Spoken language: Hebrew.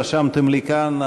רשמתם לי כאן,